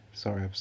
Sorry